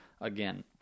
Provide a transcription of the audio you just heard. again